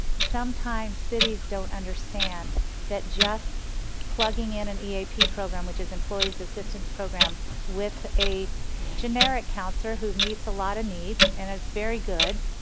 sometimes cities don't understand that just plugging in an eap program which is employees assistance program with a generic counselor who meets a lot of needs, and is very good,